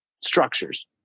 structures